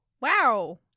wow